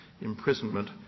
imprisonment